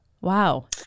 Wow